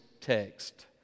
text